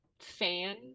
Fan